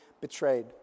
betrayed